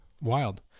Wild